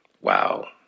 wow